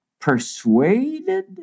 persuaded